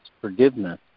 forgiveness